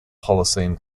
holocene